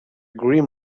grim